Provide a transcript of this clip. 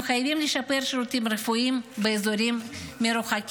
אנחנו חייבים לשפר את השירותים הרפואיים באזורים המרוחקים,